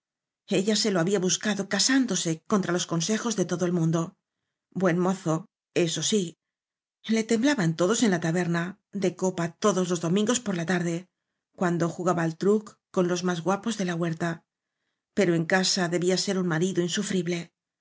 se lo había buscado casándose contra los consejos de todo el mundo buen mozo eso sí le temblaban todos en la taberna de copa los domingos por la tarde cuando jugaba al truc con los más guapos de la huerta pero en casa debía ser un marido insufrible